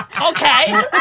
Okay